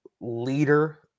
leader